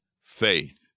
faith